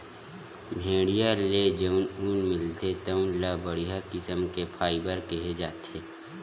भेड़िया ले जउन ऊन मिलथे तउन ल बड़िहा किसम के फाइबर केहे जाथे